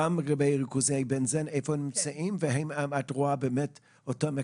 איפה הם נמצאים לגבי ריכוזי בנזן והאם את רואה את אותם היקפים?